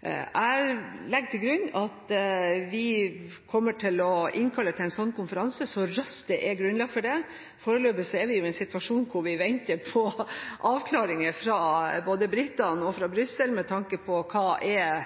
Jeg legger til grunn at vi kommer til å innkalle til en sånn konferanse så raskt det er grunnlag for det. Foreløpig er vi i en situasjon hvor vi venter på avklaringer fra både britene og Brussel med tanke på hva som er